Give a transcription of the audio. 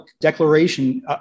declaration